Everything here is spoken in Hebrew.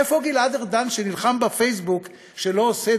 איפה גלעד ארדן שנלחם בפייסבוק שלא עושה